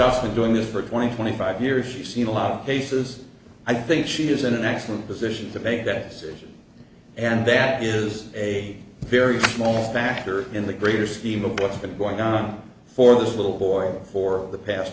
i'm doing this for twenty twenty five years she's seen a lot of cases i think she has an excellent position to make that decision and that is a very small matter in the greater scheme of what's been going on for this little boy for the past